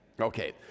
Okay